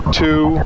two